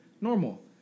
normal